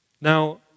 Now